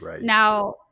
Now